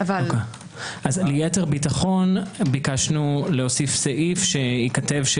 ליתר ביטחון ביקשנו להוסיף סעיף שייכתב בו